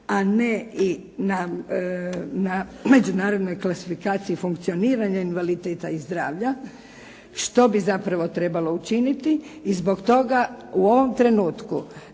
a ne i na međunarodnoj klasifikaciji funkcioniranja invaliditeta i zdravlja što bi zapravo trebalo učiniti. I zbog toga u ovom trenutku